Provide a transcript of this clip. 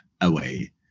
away